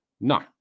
no